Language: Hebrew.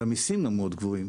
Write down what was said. והמסים גם מאוד גבוהים.